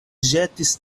ĵetis